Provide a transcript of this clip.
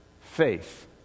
Faith